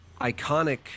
iconic